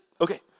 Okay